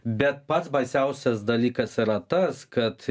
bet pats baisiausias dalykas yra tas kad